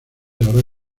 ahora